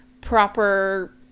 proper